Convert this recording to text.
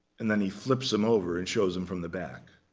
and then he flips them over and shows them from the back.